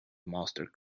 master